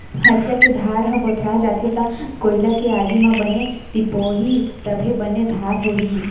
हँसिया के धार ह भोथरा जाथे त कोइला के आगी म बने तिपोही तभे बने धार होही